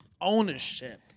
ownership